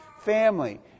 family